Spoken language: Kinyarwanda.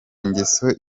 ngeso